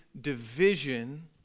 division